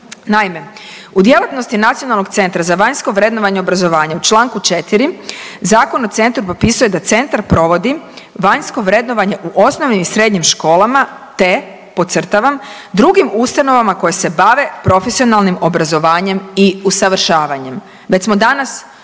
Naime, u djelatnosti Nacionalnog centra za vanjsko vrednovanje obrazovanja u čl. 4. Zakon o centru propisuje da centar provodi vanjsko vrednovanje u osnovnim i srednjim školama, te podcrtavam, drugim ustanovama koje se bave profesionalnim obrazovanjem i usavršavanjem. Već smo danas